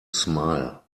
smile